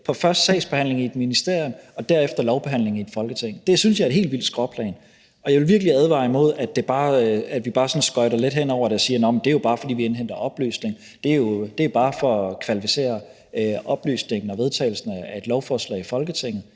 på først sagsbehandling i et ministerium og derefter lovbehandling i et Folketing. Det synes jeg er et helt vildt skråplan, og jeg vil virkelig advare imod, at vi bare sådan skøjter let hen over det og siger, at det bare er, fordi vi indhenter oplysninger, og at det jo bare er for at kvalificere oplysningen og vedtagelsen af et lovforslag i Folketinget.